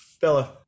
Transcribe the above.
Bella